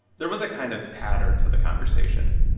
there was a kind of pattern to the conversation.